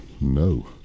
No